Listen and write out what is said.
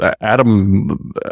Adam